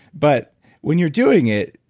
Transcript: but when you're doing it,